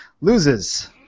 loses